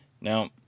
Now